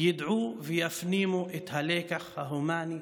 ידעו ויפנימו את הלקח ההומני האנושי,